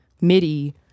midi